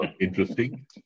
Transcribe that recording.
interesting